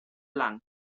blanc